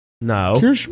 No